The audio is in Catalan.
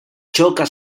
xoca